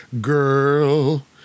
Girl